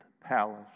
palace